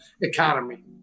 economy